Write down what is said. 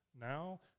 now